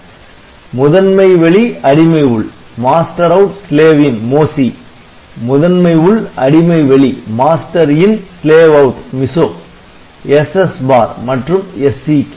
"முதன்மை வெளி அடிமை உள்" "முதன்மை உள் அடிமை வெளி" SS bar மற்றும் SCK